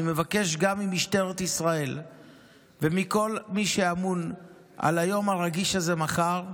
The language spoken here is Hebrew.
אני מבקש גם ממשטרת ישראל ומכל מי שאמון על היום הרגיש הזה מחר,